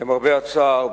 למרבה הצער,